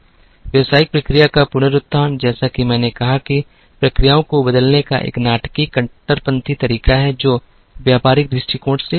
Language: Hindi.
व्यावसायिक प्रक्रिया का पुनरुत्थान जैसा कि मैंने कहा कि प्रक्रियाओं को बदलने का एक नाटकीय कट्टरपंथी तरीका है जो व्यापारिक दृष्टिकोण से पूर्ण है